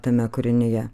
tame kūrinyje